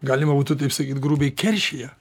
galima būtų taip sakyti grubiai keršija